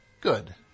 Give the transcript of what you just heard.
Good